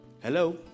Hello